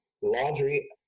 Laundry